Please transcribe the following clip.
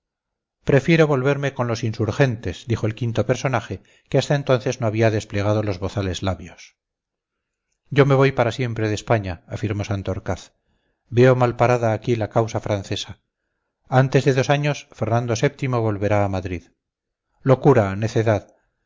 prefiero volverme con los insurgentes dijo el quinto personaje que hasta entonces no había desplegado los bozales labios yo me voy para siempre de españa afirmó santorcaz veo malparada aquí la causa francesa antes de dos años fernando vii volverá a madrid locura necedad